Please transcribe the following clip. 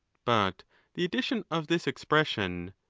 but the addition of this expression,